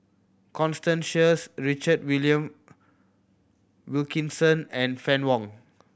Constance Sheares Richard Willion Wilkinson and Fann Wong